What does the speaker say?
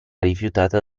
rifiutata